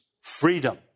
freedom